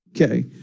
Okay